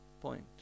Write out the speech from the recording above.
point